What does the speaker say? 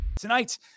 tonight